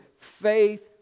faith